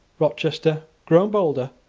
rochester, grown bolder,